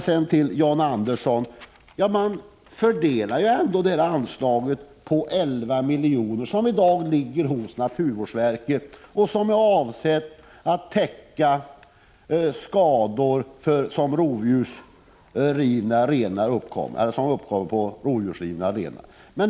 Sedan till John Andersson: Man fördelar ändå anslaget på 11 miljoner, som är avsett att ersätta skador som uppkommer när renar blir rivna av rovdjur. Det anslaget ligger i dag hos naturvårdsverket.